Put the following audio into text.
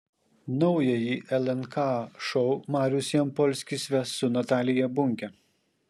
naująjį lnk šou marius jampolskis ves su natalija bunke